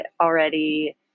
already